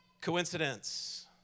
coincidence